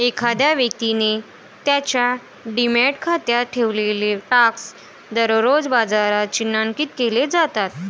एखाद्या व्यक्तीने त्याच्या डिमॅट खात्यात ठेवलेले स्टॉक दररोज बाजारात चिन्हांकित केले जातात